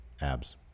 Abs